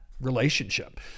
relationship